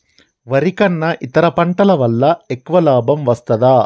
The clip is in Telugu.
వరి కన్నా ఇతర పంటల వల్ల ఎక్కువ లాభం వస్తదా?